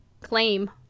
claim